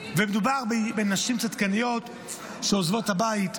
ומדובר בנשים צדקניות שעוזבות את הבית בשבת,